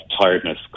tiredness